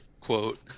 quote